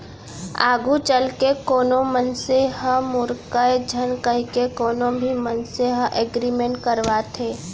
आघू चलके कोनो मनसे ह मूकरय झन कहिके कोनो भी मनसे ह एग्रीमेंट करवाथे